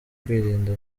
kwirinda